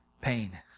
pain